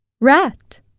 rat